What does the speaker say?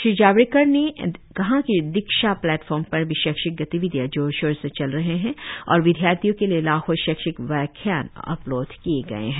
श्री जावडेकर ने कहा कि दीक्षा प्लेटफॉर्म पर भी शैक्षिक गतिविधियां जोर शोर से चल रही हैं और विद्यार्थियों के लिए लाखों शैक्षिक व्याख्यान अपलोड किए गए हैं